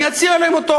אני אציע להם אותו,